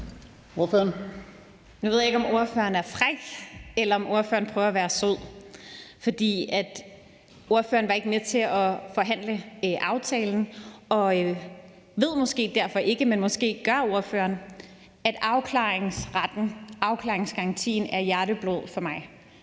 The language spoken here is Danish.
Nu ved jeg ikke, om ordføreren er fræk, eller om ordføreren prøver at være sød, for ordføreren var ikke med til at forhandle aftalen og ved måske derfor ikke, men måske gør ordføreren, at afklaringsretten, afklaringsgarantien, er hjerteblod for mig.